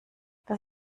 das